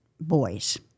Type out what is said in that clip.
boys